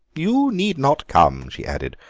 you need not come, she added,